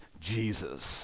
Jesus